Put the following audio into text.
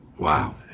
Wow